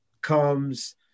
comes